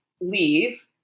leave